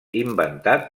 inventat